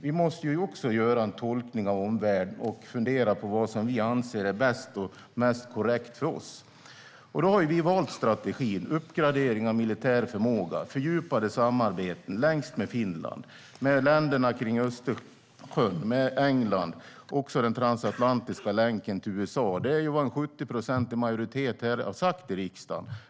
Vi måste ju också göra en tolkning av omvärlden och fundera på vad som är bäst och mest korrekt för oss. Vi har då valt en strategi som går ut på att uppgradera den militära förmågan och fördjupa samarbeten, framför allt med Finland men också med länderna kring Östersjön och med England. Även den transatlantiska länken till USA är viktig. Det är vad en 70-procentig majoritet har sagt här i riksdagen.